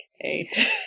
okay